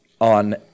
on